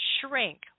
Shrink